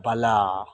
ಬಲ